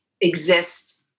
exist